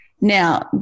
Now